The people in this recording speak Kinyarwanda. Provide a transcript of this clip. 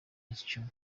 icumi